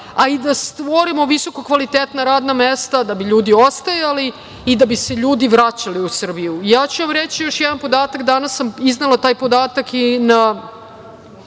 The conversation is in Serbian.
a i da stvorimo visoko kvalitetna radna mesta da bi ljudi ostajali i da bi se ljudi vraćali u Srbiju. Ja ću vam reći još jedan podatak, danas sam iznela taj podatak i na